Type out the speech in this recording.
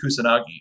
Kusanagi